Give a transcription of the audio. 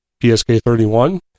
PSK31